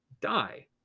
die